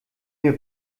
mir